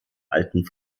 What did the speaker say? alten